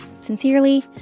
Sincerely